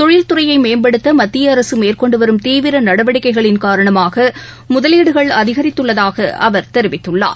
தொழில்துறையை மேம்படுத்த மத்திய அரசு மேற்கொண்டு வரும் தீவிர நடவடிக்கைகளின் காரணமாக முதலீடுகள் அதிகரித்துள்ளதாக அவர் தெரிவித்துள்ளார்